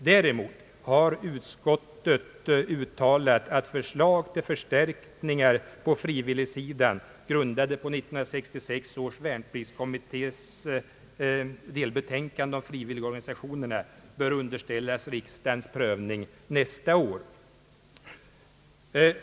Däremot har utskottet uttalat att förslag till förstärkningar på frivilligsidan, grundade på 1966 års värnpliktskommittés delbetänkande om frivilligorganisationerna, bör underställas riksdagens prövning nästa år.